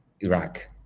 Iraq